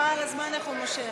משרד התקשורת, לשנת הכספים 2017,